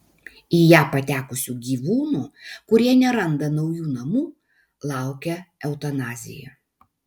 į ją patekusių gyvūnų kurie neranda naujų namų laukia eutanazija